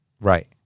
Right